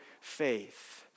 faith